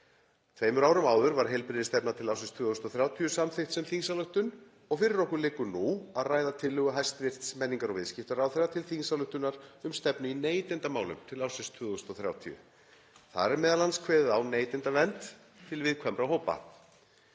Tveimur árum áður var heilbrigðisstefna til ársins 2030 samþykkt sem þingsályktun og fyrir okkur liggur nú að ræða tillögu hæstv. menningar- og viðskiptaráðherra til þingsályktunar um stefnu í neytendamálum til ársins 2030. Þar er m.a. kveðið á um neytendavernd til viðkvæmra hópa.